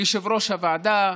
ליושב-ראש הוועדה,